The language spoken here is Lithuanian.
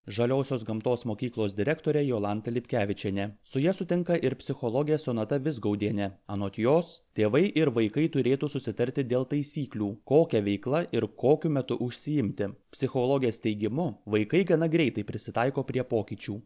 žaliosios gamtos mokyklos direktorė jolanta lipkevičienė su ja sutinka ir psichologė sonata vizgaudienė anot jos tėvai ir vaikai turėtų susitarti dėl taisyklių kokia veikla ir kokiu metu užsiimti psichologės teigimu vaikai gana greitai prisitaiko prie pokyčių